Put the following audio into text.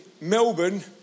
Melbourne